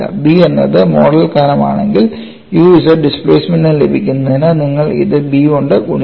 B എന്നത് model കനം ആണെങ്കിൽ u z ഡിസ്പ്ലേസ്മെൻറ് ലഭിക്കുന്നതിന് നിങ്ങൾ ഇത് B കൊണ്ട് ഗുണിക്കണം